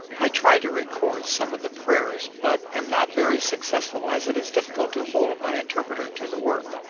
i try to record some of the prayers, but am not very successful, as it is difficult to hold my interpreter to the work.